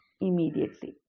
immediately